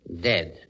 Dead